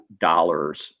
dollars